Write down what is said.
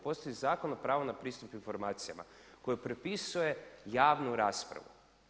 Postoji Zakon o pravu na pristup informacijama koji prepisuje javnu raspravu.